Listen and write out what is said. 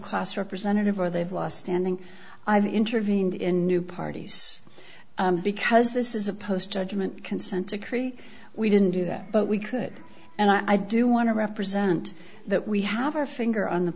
class representative or they've lost standing i've intervened in new parties because this is a post argument consent decree we didn't do that but we could and i do want to represent that we have our finger on the